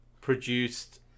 produced